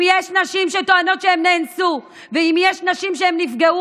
אם יש נשים שטוענות שהן נאנסו ואם יש נשים שנפגעו,